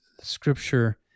scripture